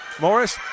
Morris